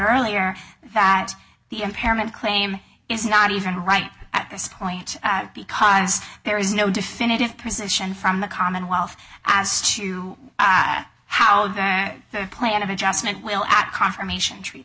earlier that the impairment claim is not even right at this point because there is no definitive position from the commonwealth as to how that point of adjustment will act confirmation treat